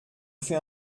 fait